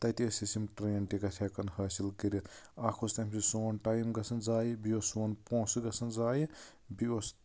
تَتہِ ٲسس یِم ٹرین ٹِکٹ ہٮ۪کان حٲصِل کٔرِتھ اکھ اوٚس تَمہِ سۭتۍ سوٚن ٹایم گژھان زایہِ بیٚیہِ اوس سوٚن پۄنٛسہٕ گژھان زایہِ بیٚیہِ اوس